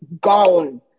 gone